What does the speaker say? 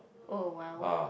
oh !wow!